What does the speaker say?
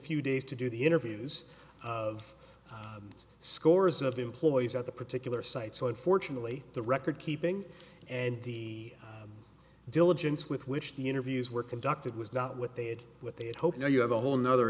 few days to do the interviews of the scores of the employees at the particular site so unfortunately the record keeping and the diligence with which the interviews were conducted was not what they had what they had hoped now you have a whole nother